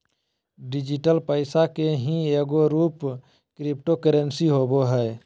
digital पैसा के ही एगो रूप क्रिप्टो करेंसी होवो हइ